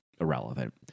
irrelevant